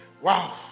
wow